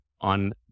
on